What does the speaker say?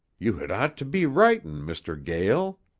you had ought to be writin', mr. gael.